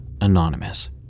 Anonymous